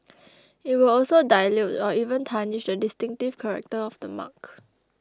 it will also dilute or even tarnish the distinctive character of the mark